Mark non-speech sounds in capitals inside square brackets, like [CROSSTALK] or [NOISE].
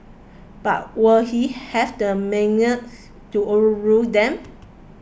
but will he have the [UNINTELLIGIBLE] to overrule them